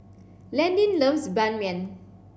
Landin loves Ban Mian